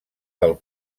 del